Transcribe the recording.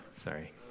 Sorry